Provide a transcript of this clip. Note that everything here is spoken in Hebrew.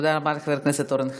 תודה רבה לחבר הכנסת אורן חזן,